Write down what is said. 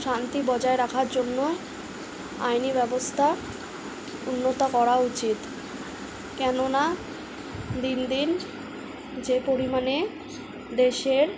শান্তি বজায় রাখার জন্য আইনি ব্যবস্থা উন্নত করা উচিৎ কেননা দিন দিন যে পরিমাণে দেশের